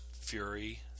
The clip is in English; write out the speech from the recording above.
Fury